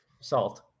Salt